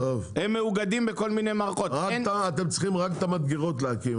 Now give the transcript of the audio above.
אתם צריכים רק את המדגרות להקים,